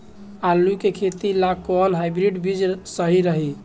आलू के खेती ला कोवन हाइब्रिड बीज सही रही?